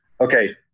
okay